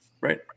Right